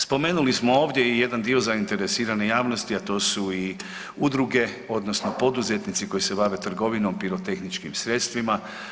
Spomenuli smo ovdje i jedan dio zainteresirane javnosti, a to su i udruge, odnosno poduzetnici koji se bave trgovinom pirotehničkim sredstvima.